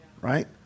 right